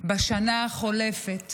בשנה החולפת